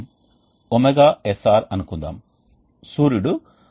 కాబట్టి inlet outlet లో మాత్రమే ఉంటాము మేము సాధారణంగా ఇతర సందర్భాల్లో ఉండము